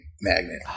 magnet